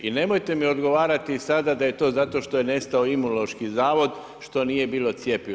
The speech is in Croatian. I nemojte mi odgovarati sada da je to zato što je nestao Imunološki zavod, što nije bilo cjepiva.